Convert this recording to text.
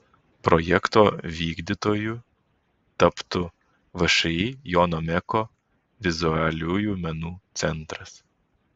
projekto vykdytoju taptų všį jono meko vizualiųjų menų centras